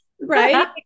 Right